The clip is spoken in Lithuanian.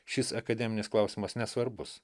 šis akademinis klausimas nesvarbus